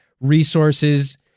resources